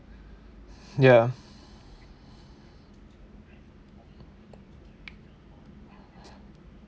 ya